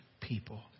people